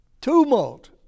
tumult